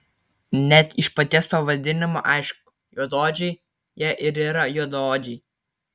net iš paties pavadinimo aišku juodaodžiai jie ir yra juodaodžiai